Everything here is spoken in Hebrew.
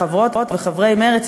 חברות וחברי מרצ,